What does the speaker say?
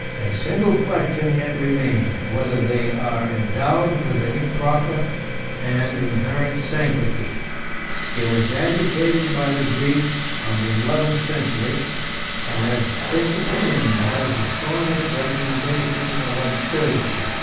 a single question yet remained, whether they are endowed with any proper and inherent sanctity it was agitated by the greeks of the eleventh century and as this opinion has the strongest recommendation of absurdity,